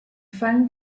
found